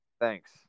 thanks